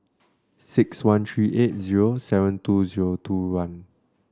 six one three eight zero seven two zero two one